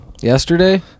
Yesterday